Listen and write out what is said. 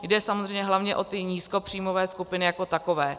Jde samozřejmě hlavně o ty nízkopříjmové skupiny jako takové.